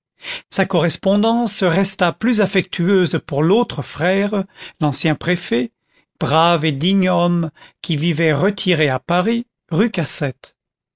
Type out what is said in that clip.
sa correspondance resta plus affectueuse pour l'autre frère l'ancien préfet brave et digne homme qui vivait retiré à paris rue cassette